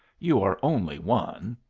you are only one.